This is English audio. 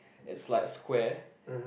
is like a square